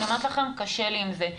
אני אומרת לכם: קשה לי עם זה.